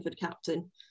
captain